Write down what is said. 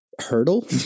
hurdle